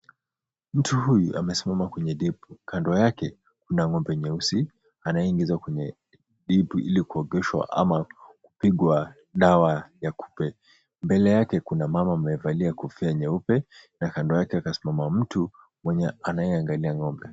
Mtu huyu amesimama kwenye dimbwi. Kando yake kuna ng'ombe nyeusi, anayeingizwa kwenye dimbwi ili kuogeshwa ama kupigwa dawa ya kupe. Mbele yake kuna mama amevalia kofia nyeupe na kando yake akasimama mtu mwenye anayeangalia ng'ombe.